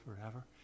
forever